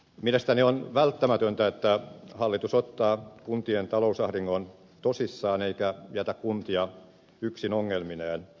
mielestäni on välttämätöntä että hallitus ottaa kuntien talousahdingon tosissaan eikä jätä kuntia yksin ongelmineen